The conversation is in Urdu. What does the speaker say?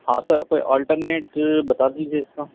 ہاں سر کوئی آلٹرنیٹ بتا دیجیے اس کا